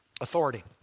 Authority